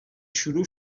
شروع